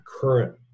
current